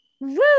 Woo